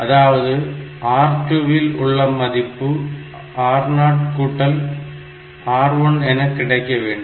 அதாவது R2 இல் உள்ள மதிப்பு R0 கூட்டல் R1 என கிடைக்க வேண்டும்